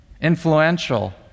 influential